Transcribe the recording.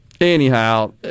anyhow